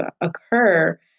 occur